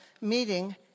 meeting